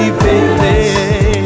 baby